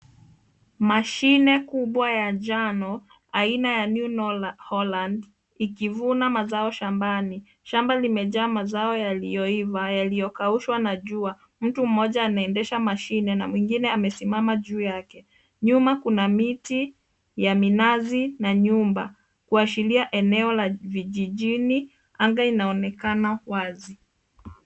Mashine kubwa ya njano aina ya new holland ikivuna mazao shambani. Shamba limejaa mazao yalioyaiva, yaliyokaushwa na jua. Mtu mmoja anaendesha mashine na mwingine amesimama juu yake. Nyuma kuna miti ya minazi na nyumba kuashiria eneo la vijijini. Anga inaonekana wazi.